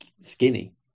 skinny